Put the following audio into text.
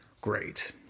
great